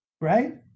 right